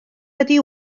wedi